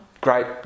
Great